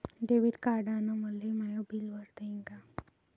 Debit कार्डानं मले my bill भरता येईन का?